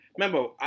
remember